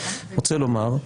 רוצה לומר,